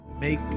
Make